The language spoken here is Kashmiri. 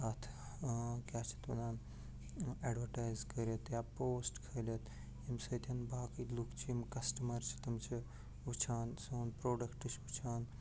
اَتھ کیٛاہ چھِ اَتھ وَنان اٮ۪ڈوَرٹایِز کٔرِتھ یا پوشٹ کھٲلِتھ ییٚمہِ سۭتۍ باقٕے لُکھ چھِ یِم کَسٹَمَر چھِ تِم چھِ وٕچھان سون پروڈکٹ چھِ وُچھان